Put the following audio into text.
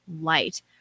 light